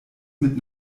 mit